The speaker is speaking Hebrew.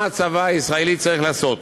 מה הצבא הישראלי צריך לעשות.